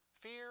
fear